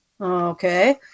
Okay